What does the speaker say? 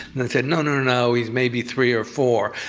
and they said, no, no, no. he's maybe three or four.